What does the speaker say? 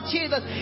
Jesus